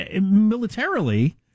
militarily